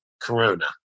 Corona